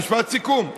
משפט סיכום.